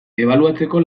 ebaluatzeko